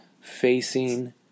facing